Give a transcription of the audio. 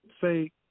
say